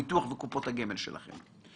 הביטוח וקופות הגמל שלכם.